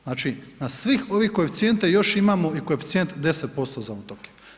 Znači na svih ovih koeficijente još imamo i koeficijent i 10% za otoke.